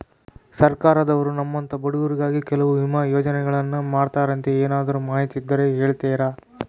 ಸರ್ಕಾರದವರು ನಮ್ಮಂಥ ಬಡವರಿಗಾಗಿ ಕೆಲವು ವಿಮಾ ಯೋಜನೆಗಳನ್ನ ಮಾಡ್ತಾರಂತೆ ಏನಾದರೂ ಮಾಹಿತಿ ಇದ್ದರೆ ಹೇಳ್ತೇರಾ?